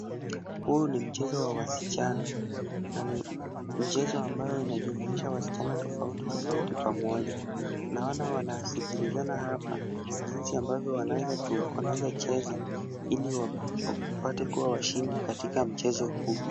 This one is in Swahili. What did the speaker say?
Huu ni mchezo wa wasichana na ni mchezo ambayo unajumuisha wasichana tofauti tofauti pamoja ,naona wanasikilizana hapa jinsi ambavyo wanaweza cheza ili wapate kua washindi katika mchezo huu .